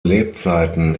lebzeiten